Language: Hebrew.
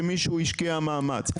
שמישהו השקיע מאמץ.